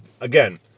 again